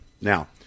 Now